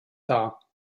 dar